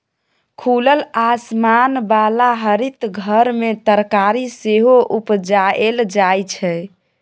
खुलल आसमान बला हरित घर मे तरकारी सेहो उपजाएल जाइ छै